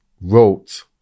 wrote